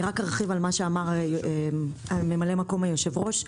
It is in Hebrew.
אני רק ארחיב על מה שאמר ממלא-מקום היושב-ראש.